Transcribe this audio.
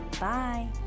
Bye